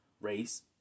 race